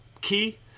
key